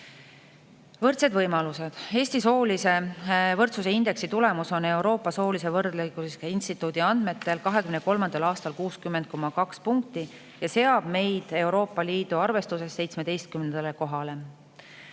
Võrdsed võimalused. Eesti soolise võrd[õiguslikkuse] indeksi tulemus oli Euroopa Soolise Võrdõiguslikkuse Instituudi andmetel 2023. aastal 60,2 punkti, mis seab meid Euroopa Liidu arvestuses 17. kohale.